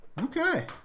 Okay